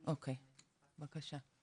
בבקשה.